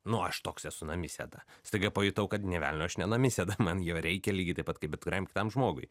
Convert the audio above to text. nu aš toks esu namisėda staiga pajutau kad nė velnio aš ne namisėda man jo reikia lygiai taip pat kaip bet kuriam kitam žmogui